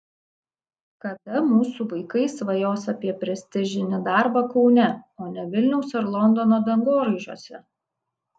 kada mūsų vaikai svajos apie prestižinį darbą kaune o ne vilniaus ar londono dangoraižiuose